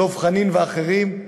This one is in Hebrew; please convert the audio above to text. דב חנין ואחרים,